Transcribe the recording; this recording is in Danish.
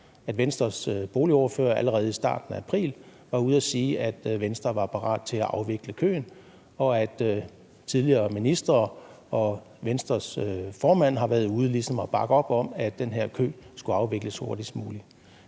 at Venstres boligordfører allerede i starten af april var ude at sige, at Venstre var parat til at afvikle køen, og at tidligere ministre og Venstres formand har været ude og ligesom bakke op om, at den her kø skulle afvikles hurtigst muligt.